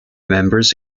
members